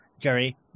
Jerry